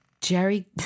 Jerry